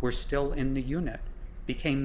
were still in new unit became